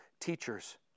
teachers